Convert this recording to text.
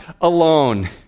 alone